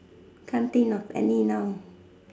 can't think of any now